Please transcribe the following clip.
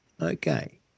okay